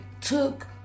took